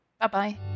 Bye-bye